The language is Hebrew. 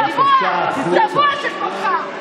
איפה הדמוקרטיה, אתה היית צועק פה מלמעלה,